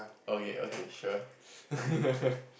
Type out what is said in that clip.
okay okay sure